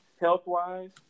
health-wise